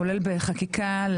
כולל בחקיקה,